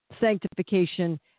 sanctification